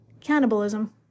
cannibalism